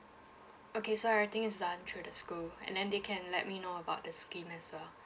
okay so everything is done through the school and then they can let me know about the scheme as well